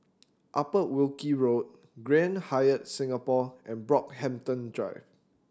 Upper Wilkie Road Grand Hyatt Singapore and Brockhampton Drive